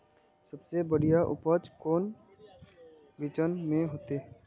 सबसे बढ़िया उपज कौन बिचन में होते?